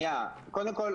קודם כל,